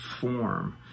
form